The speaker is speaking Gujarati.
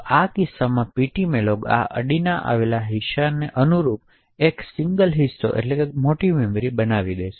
આવા કિસ્સામાં ptmalloc આ અડીને આવેલ હિસ્સાને એકરૂપ કરી દેશે અને ઘણી મોટી ફ્રી મેમરી રચે છે